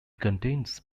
contains